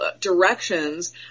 directions